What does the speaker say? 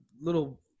little